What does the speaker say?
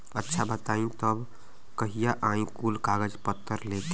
अच्छा बताई तब कहिया आई कुल कागज पतर लेके?